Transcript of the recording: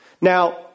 Now